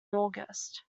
august